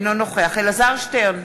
אינו נוכח אלעזר שטרן,